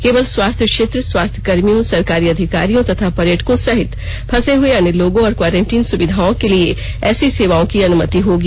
केवल स्वास्थ्य क्षेत्र स्वास्थ्य कर्मियों सरकारी अधिकारियों तथा पर्यटकों सहित फंसे हुए अन्य लोगों और क्वॉरंटीन सुविधाओं के लिए ऐसी सेवाओं की अनुमति होगी